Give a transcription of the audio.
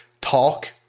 talk